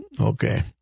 okay